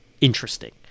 interesting